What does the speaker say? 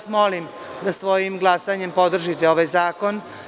Molim vas da svojim glasanjem podržite ovaj zakon.